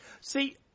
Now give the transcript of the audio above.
See